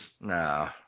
No